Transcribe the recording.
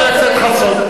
חבר הכנסת חסון.